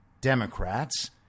Democrats